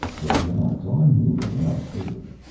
but the odds are moving in our favor.